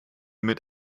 mit